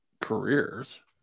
careers